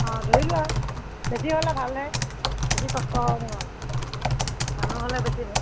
অঁ ধৰি লোৱা বেছি হ'লে ভালহে বেছি কষ্ট হ'ব নহ'লে মানুহ হ'লে বেছি ভাল